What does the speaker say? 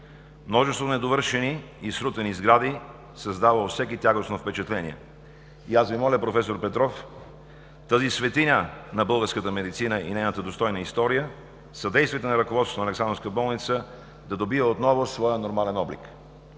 множеството недовършени и срутени сгради създава у всеки тягостно впечатление. И аз Ви моля, проф. Петров, тази светиня на българската медицина и нейната достойна история, съдействайте на ръководството на Александровска болница, да добие отново своя нормален облик.